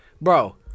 Bro